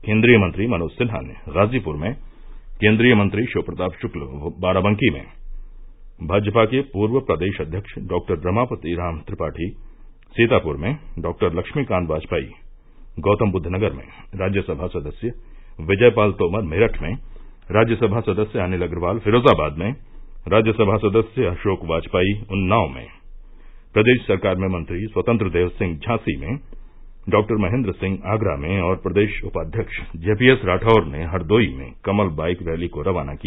केन्द्रीय मंत्री मनोज सिन्हा ने गाजीपुर मे केन्द्रीय मंत्री शिव प्रताप शुक्ल बाराबंकी में भाजपा के पूर्व प्रदेश अध्यक्ष डॉक्टर रमापति राम त्रिपाठी सीतापुर में डॉक्टर लक्षीकांत वाजपेई गौतमबुद्दनगर में राज्यसभा सदस्य विजय पाल तोमर मेरठ में राज्यसभा सदस्य अनिल अग्रवाल फिरोजाबाद में राज्यसभा सदस्य अशोक वाजपेई उन्नाव में प्रदेश सरकार में मंत्री स्वतंत्र देव सिंह झांसी में डॉक्टर महेन्द्र सिंह आगरा में और प्रदेश उपाध्यक्ष जेपीएस राठौर ने हरदोई में कमल बाईक रैली को रवाना किया